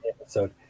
episode